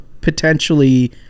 potentially –